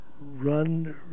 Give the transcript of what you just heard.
run